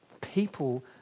People